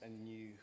anew